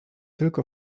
tylko